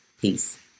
Peace